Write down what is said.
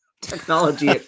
technology